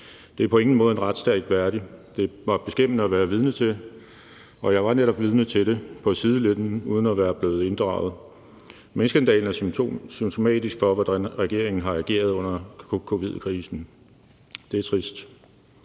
Det er på ingen måde en retsstat værdigt. Det var beskæmmende at være vidne til, og jeg var netop vidne til det på sidelinjen uden at være blevet inddraget. Minkskandalen er symptomatisk for, hvordan regeringen har ageret under covid-krisen. Det er trist.